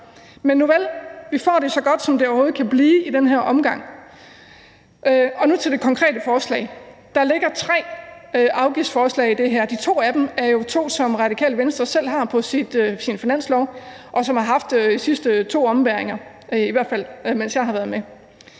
Men nuvel, vi får det så godt, som det overhovedet kan blive i den her omgang. Nu kommer vi til det konkrete forslag. Der ligger tre afgiftsforslag i det her. De to af dem er jo nogle, som Radikale Venstre selv har på sit finanslovsforslag, og som vi har haft med i de sidste to ombæringer – i hvert fald mens jeg har været med.